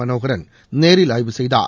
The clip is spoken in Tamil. மனோகரன் நேரில் ஆய்வு செய்தார்